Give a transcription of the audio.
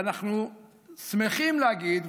ואנחנו שמחים להגיד,